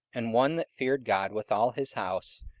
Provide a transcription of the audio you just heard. and one that feared god with all his house,